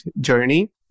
journey